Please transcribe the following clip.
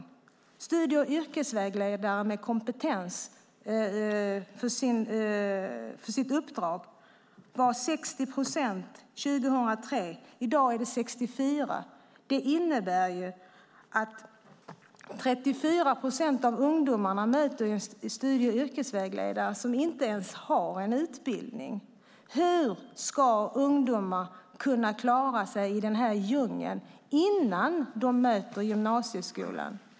Andelen studie och yrkesvägledare med kompetens för sitt uppdrag var 60 procent år 2003. I dag är den 64 procent. Det innebär att 34 procent av ungdomarna möter en studie och yrkesvägledare som inte ens har en utbildning. Hur ska ungdomar kunna klara sig i denna djungel innan de möter gymnasieskolan?